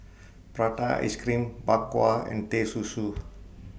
Prata Ice Cream Bak Kwa and Teh Susu